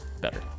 better